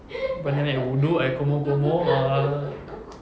selepas ini I nak ambil wudhu I kumur-kumur ah